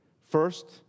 First